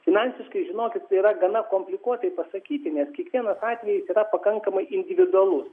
finansiškai žinokit yra gana komplikuotai pasakyti nes kiekvienas atvejis yra pakankamai individualus